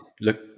look